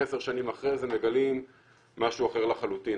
עשר שנים אחרי זה מגלים משהו אחר לחלוטין.